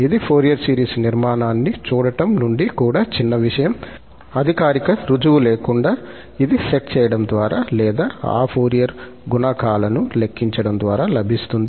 ఇది Fourier series నిర్మాణాన్ని చూడటం నుండి కూడా చిన్నవిషయం అధికారిక రుజువు లేకుండా ఇది సెట్ చేయడం ద్వారా లేదా ఆ ఫోరియర్ గుణకాలను లెక్కించడం ద్వారా లభిస్తుంది